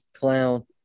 Clown